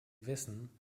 wissen